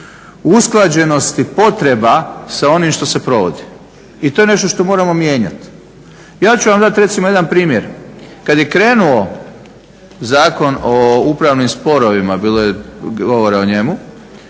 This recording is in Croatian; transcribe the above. usklađenost i potreba sa onim što se provodi. I to je nešto što moramo mijenjati. Ja ću vam dat recimo jedan primjer. Kad je krenuo Zakon o upravnim sporovima, bilo je govora o njemu,